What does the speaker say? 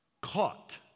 caught